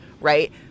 right